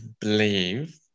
believe